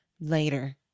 later